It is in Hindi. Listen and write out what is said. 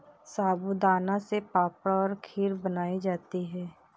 साबूदाना से पापड़ और खीर बनाई जाती है